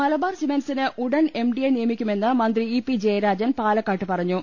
Malabar cement സിന് ഉടൻ M D യെ നിയമിക്കുമെന്ന് മന്ത്രി ഇ പി ജയരാജൻ പാലക്കാട്ട് പറഞ്ഞു